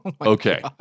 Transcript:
Okay